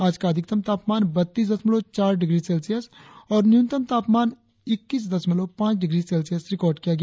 आज का अधिकतम तापमान बत्तीस दशमलव चार डिग्री सेल्सियस और न्यूनतम तापमान इक्कीस दशमलव पांच डिग्री सेल्सियस रिकार्ड किया गया